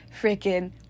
freaking